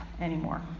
anymore